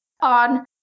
on